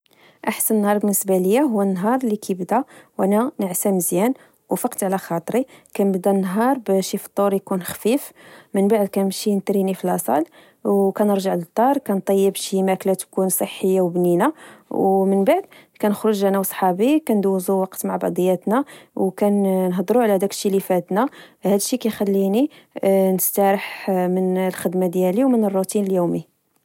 اأحسن نهار بالنسبة ليا هو النهار فاش و نا ناعس مزيان، وفقت على خاطري، كنبدا النهار بشي فطور يكون خفيف، من بعد كنمشي نتريني في لصال، أو كنرجع للدار، نطيب شي ماكلة تكون صحية و بنينة. أو من بعد كنخرج أنا وصحابي، كوندوزوا وقت مع بعضيتنا و كنهدرو على داكشي لفاتنا. هادشي كخليني نستاراح من الخدمة ديالي ومن الروتين اليومي